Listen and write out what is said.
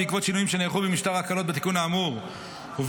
בעקבות שינויים שנערכו במשטר ההקלות בתיקון האמור ובמסגרת